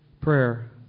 prayer